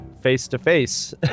face-to-face